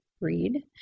Read